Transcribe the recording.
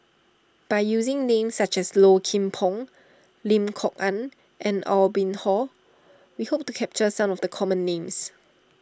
by using names such as Low Kim Pong Lim Kok Ann and Aw Boon Haw we hope to capture some of the common names